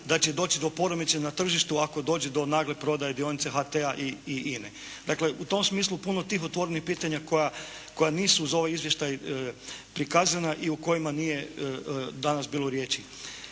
da će doći do poremećaja na tržištu ako dođe do nagle prodaje dionica HT-a i INA-e. Dakle, u tom smislu puno tih otvorenih pitanja koja nisu uz ovaj izvještaj prikazana i o kojima danas ovdje nije bilo riječi.